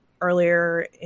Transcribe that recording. earlier